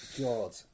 god